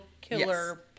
killer